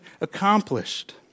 accomplished